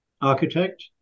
architect